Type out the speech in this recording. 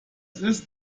ist